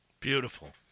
Beautiful